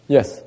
Yes